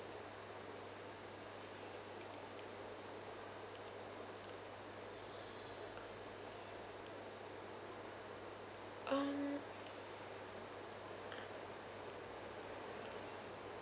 um